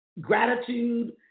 gratitude